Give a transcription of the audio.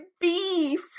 beef